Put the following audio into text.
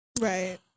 Right